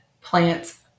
plants